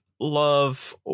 love